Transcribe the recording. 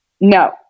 No